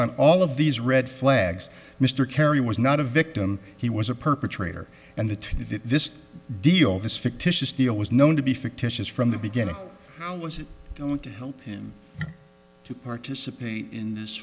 on all of these red flags mr kerry was not a victim he was a perpetrator and the this deal this fictitious deal was known to be fictitious from the beginning how is it going to help to participate in this